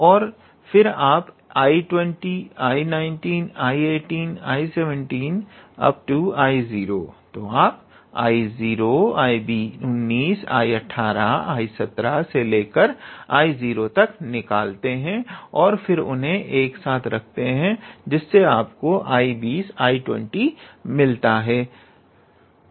और फिर आप 𝐼20 𝐼19 𝐼18 𝐼17 𝐼0 तक निकालते हैं और फिर उन्हें एक साथ रखते हैं जिससे आपको 𝐼20 मिलता है